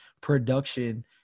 production